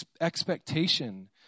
expectation